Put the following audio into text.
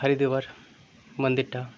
হরিদ্বার মন্দিরটা